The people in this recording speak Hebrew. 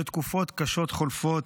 כך שתקופות קשות חולפות,